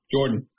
Jordan